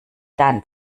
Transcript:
dann